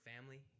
family